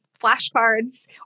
flashcards